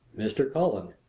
mr. cullen!